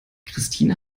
christine